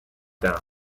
down